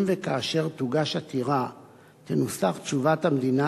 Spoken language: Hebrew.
אם וכאשר תוגש עתירה תנוסח תשובת המדינה